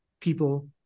people